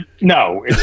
No